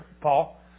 Paul